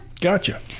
gotcha